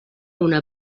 una